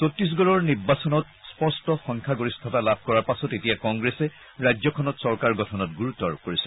চত্তিশগড়ৰ নিৰ্বাচনত স্পষ্ট সংখ্যাগৰিষ্ঠতা লাভ কৰাৰ পাছত এতিয়া কংগ্ৰেছে ৰাজ্যখনত চৰকাৰ গঠনত গুৰুত্ব আৰোপ কৰিছে